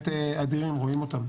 אדירים, רואים אותם.